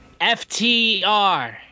FTR